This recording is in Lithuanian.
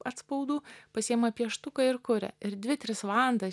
atspaudų pasiima pieštuką ir kuria ir dvi tris valandas